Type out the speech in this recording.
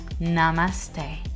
Namaste